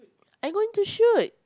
I going to shoot